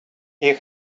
you